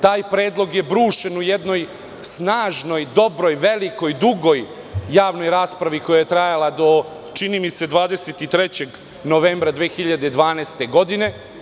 Taj predlog je brušen u jednoj snažnoj, dobroj, velikoj, dugoj javnoj raspravi koja je trajala do 23. novembra 2012. godine.